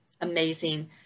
amazing